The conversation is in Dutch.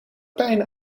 pijn